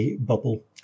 Bubble